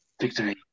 Victory